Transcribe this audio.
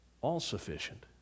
all-sufficient